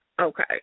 Okay